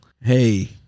hey